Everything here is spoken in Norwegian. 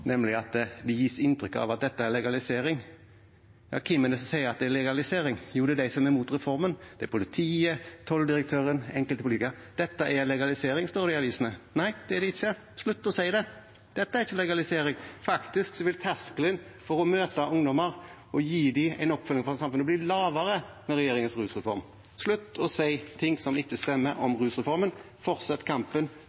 nemlig at det gis inntrykk av at dette er legalisering. Hvem er det som sier at det er legalisering? Jo, det er de som er imot reformen. Det er politiet, tolldirektøren og enkelte politikere. Dette er legalisering, står det i avisene. Nei, det er det ikke. Man må slutte å si det. Dette er ikke legalisering. Faktisk vil terskelen for å møte ungdommer og gi dem oppfølging fra samfunnet bli lavere med regjeringens rusreform. Man må slutte å si ting som ikke stemmer om